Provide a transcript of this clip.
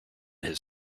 his